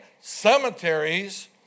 cemeteries